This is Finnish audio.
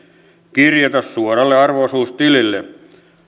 kirjata suoralle arvo osuustilille